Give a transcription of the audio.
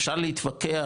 אפשר להתווכח,